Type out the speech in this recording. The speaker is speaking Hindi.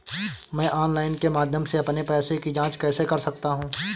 मैं ऑनलाइन के माध्यम से अपने पैसे की जाँच कैसे कर सकता हूँ?